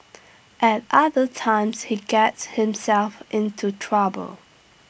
at other times he gets himself into trouble